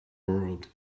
world